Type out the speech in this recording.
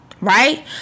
right